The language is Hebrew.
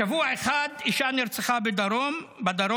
בשבוע אחד אישה נרצחה בדרום,